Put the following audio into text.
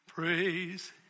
Praise